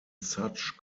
such